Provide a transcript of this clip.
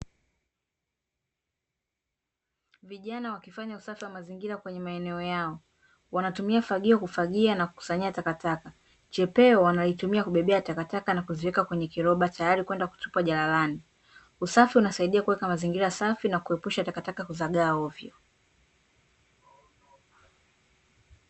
Vijana wakifanya usafi wa mazingira kwenye maeneo yao wanatumia fagio kufagia na kukusanyia takataka, chepeo wanatumia kubebea takataka na kuziweka kwenye kiroba tayari kwa kuzitupa jalalani . Usafi unasaidia kuweka mazingira safi na kuepusha takataka kuzagaa ovyo.